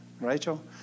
Rachel